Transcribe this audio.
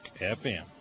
FM